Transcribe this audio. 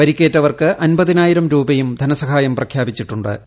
പരിക്കേറ്റവർക്ക് അൻപതിനായിരം രൂപയും നനസഹായം പ്രഖ്യാപിച്ചിട്ടു ്